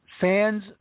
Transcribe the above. fans